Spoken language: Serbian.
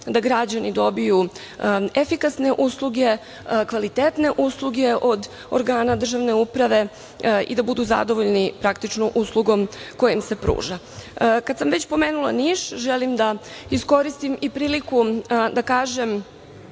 da građani dobiju efikasne usluge, kvalitetne usluge od organa državne uprave i da budu zadovoljni praktično uslugom koja im se pruža. Kad sam već pomenula Niš, želim da iskoristim i priliku da kažem